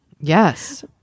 Yes